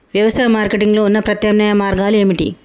వ్యవసాయ మార్కెటింగ్ లో ఉన్న ప్రత్యామ్నాయ మార్గాలు ఏమిటి?